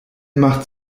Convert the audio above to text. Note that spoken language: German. macht